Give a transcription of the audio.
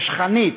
נשכנית,